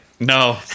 No